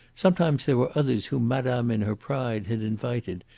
sometimes there were others, whom madame in her pride had invited.